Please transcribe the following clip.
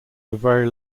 very